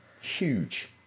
Huge